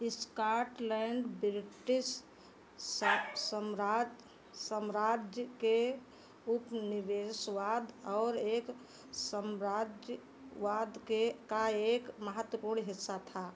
Scotland British सम्राज्य सम्राज्य के उपनिवेशवाद और एक सम्राज्यवाद के का एक महत्वपूर्ण हिस्सा था